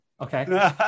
Okay